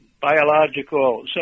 biological